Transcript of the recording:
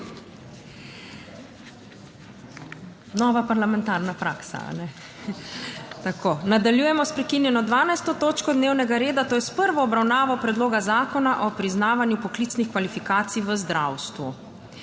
to točko dnevnega reda. **Nadaljujemo s prekinjeno 12. točko dnevnega reda, to je s prvo obravnavo predloga zakona o priznavanju poklicnih kvalifikacij v zdravstvu.**